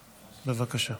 בבקשה.